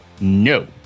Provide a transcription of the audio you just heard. No